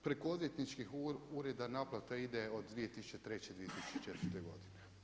Preko odvjetničkih ureda naplata ide od 2003., 2004. godine.